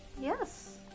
Yes